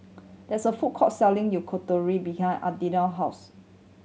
there is a food court selling behind house